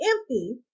empty